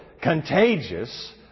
contagious